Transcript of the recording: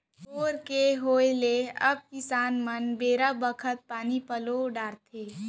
bore के होय ले अब किसान मन बेरा बखत पानी पलो डारथें